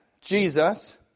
Jesus